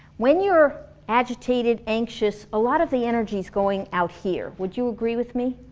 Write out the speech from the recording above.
when you're agitated, anxious, a lot of the energy is going out here. would you agree with me?